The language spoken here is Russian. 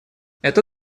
это